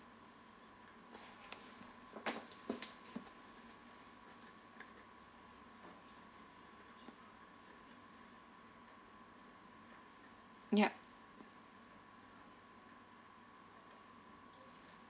yup